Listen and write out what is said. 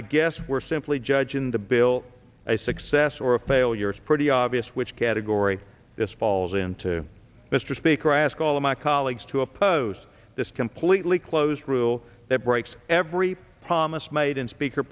i guess we're simply judge in the bill i say sas or a failure it's pretty obvious which category this falls into mr speaker i ask all of my colleagues to oppose this completely closed rule that breaks every promise made in speaker